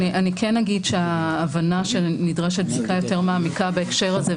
כן אגיד שההבנה שנדרשת בדיקה יותר מעמיקה בהקשר הזה,